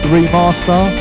Remaster